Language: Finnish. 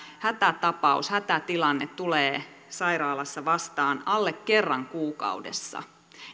hätätapaus hätätilanne tulee sairaalassa vastaan alle kerran kuukaudessa